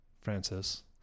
Francis